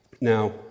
Now